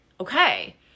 okay